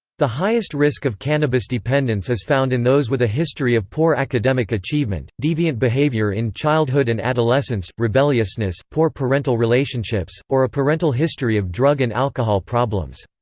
the highest risk of cannabis dependence is found in those with a history of poor academic achievement, deviant behavior in childhood and adolescence, rebelliousness, poor parental relationships, or a parental history of drug and alcohol problems.